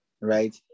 right